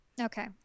Okay